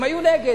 הם היו נגד.